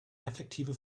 effektive